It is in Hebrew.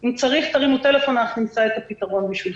אם צריך תתקשרו בטלפון ואנחנו נמצא פתרון בשבילכם.